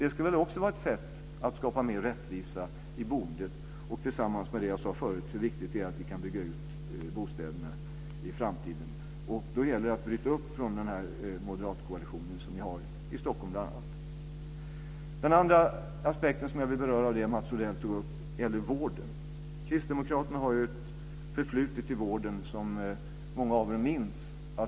Det skulle också vara ett sätt att skapa mer rättvisa i boendet, tillsammans med det jag sade förut om vikten av att kunna bygga ut bostäderna i framtiden. Kristdemokraterna har ju ett förflutet i vården som många minns.